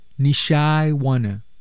Nishaiwana